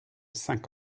cinq